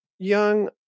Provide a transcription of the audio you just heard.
Young